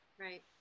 Right